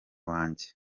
wanjye